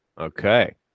okay